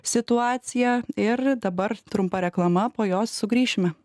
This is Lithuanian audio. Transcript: situaciją ir dabar trumpa reklama po jos sugrįšime